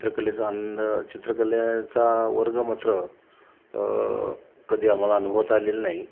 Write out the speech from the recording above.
चित्रकलेचा आनंद चित्रकलेचा वर्ग मात्र कधी आम्हाला अनुभवता आलेला नाही